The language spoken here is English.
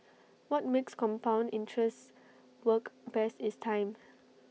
what makes compound interest work best is time